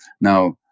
Now